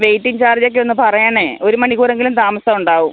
waiting ചാർജൊക്കെ ഒന്ന് പറയണം ഒരു മണിക്കൂറെങ്കിലും താമസമുണ്ടാവും